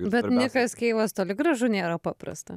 bet nikas keilas toli gražu nėra paprasta